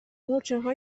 مورچهها